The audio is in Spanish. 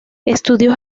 estudió